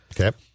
okay